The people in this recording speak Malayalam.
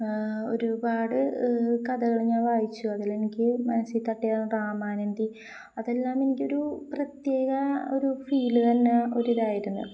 ഒരുപാട് കഥകള് ഞാൻ വായിച്ചു അതിലെനിക്ക് മനസ്സില് തട്ടിയത് അതെല്ലാം എനിക്കൊരു പ്രത്യേക ഒരു ഫീല് തന്ന ഒരിതായിരുന്നു